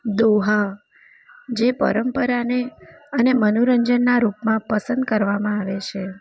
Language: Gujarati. દોહા જે પરંપરાને અને મનોરંજનના રૂપમાં પસંદ કરવામાં આવે છે